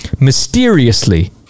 mysteriously